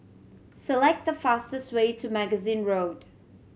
select the fastest way to Magazine Road